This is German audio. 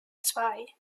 zwei